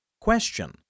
Question